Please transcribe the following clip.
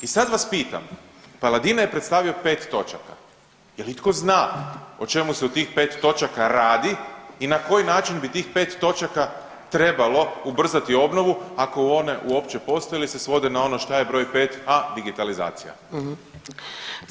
I sad vas pitam, Paladina je predstavio 5 točaka, je li itko zna o čemu se u tih 5 točaka radi i na koji način bi tih 5 točaka trebalo ubrzati obnovu ako one uopće postoje ili se svode na ono šta je broj 5, a digitalizacija.